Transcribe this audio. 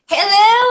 Hello